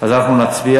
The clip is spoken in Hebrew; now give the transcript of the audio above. אז אנחנו נצביע.